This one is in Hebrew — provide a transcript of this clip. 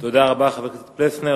תודה רבה, חבר הכנסת פלסנר.